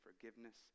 forgiveness